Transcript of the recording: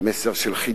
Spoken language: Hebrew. מסר של חידלון.